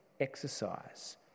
exercise